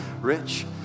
Rich